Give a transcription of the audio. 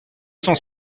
cent